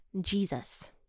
Jesus